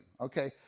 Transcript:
okay